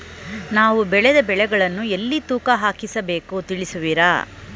ನಾವು ಬೆಳೆದ ಬೆಳೆಗಳನ್ನು ಎಲ್ಲಿ ತೂಕ ಹಾಕಿಸಬೇಕು ತಿಳಿಸುವಿರಾ?